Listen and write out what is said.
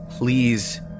Please